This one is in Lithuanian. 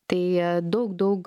tai daug daug